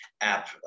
app